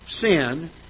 sin